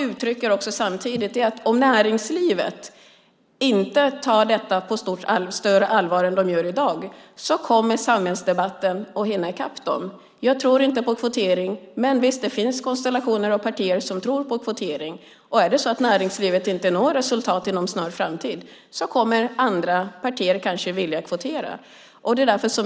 Men om näringslivet inte tar detta på större allvar än vad de gör i dag kommer samhällsdebatten att hinna ikapp dem. Jag tror inte på kvotering, men, visst, det finns konstellationer av partier som tror på kvotering. Och är det så att näringslivet inte når resultat inom en snar framtid kommer kanske andra partier att vilja kvotera.